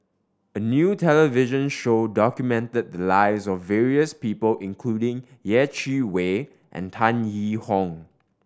a new television show documented the lives of various people including Yeh Chi Wei and Tan Yee Hong